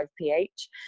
pH